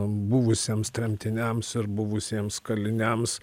buvusiems tremtiniams ir buvusiems kaliniams